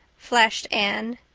flashed anne.